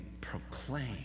proclaim